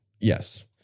Yes